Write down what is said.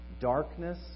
darkness